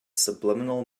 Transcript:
subliminal